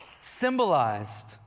symbolized